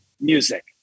music